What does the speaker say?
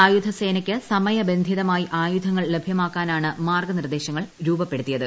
സായുധ സേനയ്ക്ക് സമയബന്ധിതമായി ആയുധങ്ങൾ ലഭ്യമാക്കുവാനാണ് മാർഗനിർദ്ദേശങ്ങൾ രൂപപ്പെടുത്തിയത്